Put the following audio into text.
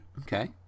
Okay